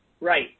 Right